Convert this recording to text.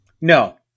No